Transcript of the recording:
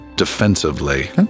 defensively